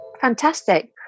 Fantastic